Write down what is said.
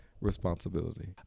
responsibility